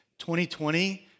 2020